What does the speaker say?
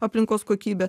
aplinkos kokybe